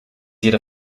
jeder